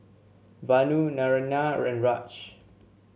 Vanu Naraina and Raj